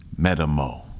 Metamo